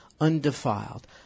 undefiled